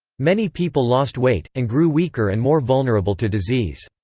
many people lost weight, and grew weaker and more vulnerable to disease.